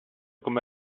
come